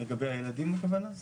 לגבי הילדים הכוונה?